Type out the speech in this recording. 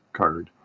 card